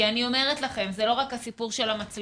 כי אני אומרת לכם זה לא רק הסיפור של המצלמות.